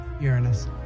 Uranus